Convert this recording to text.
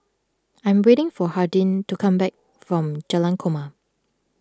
I am waiting for Hardin to come back from Jalan Korma